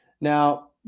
Now